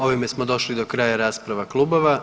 Ovime smo došli do kraja rasprava klubova.